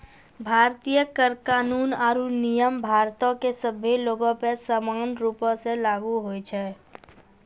भारतीय कर कानून आरु नियम भारतो के सभ्भे लोगो पे समान रूपो से लागू होय छै